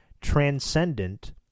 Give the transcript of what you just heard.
transcendent